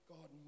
God